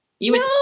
No